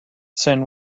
san